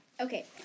Okay